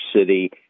City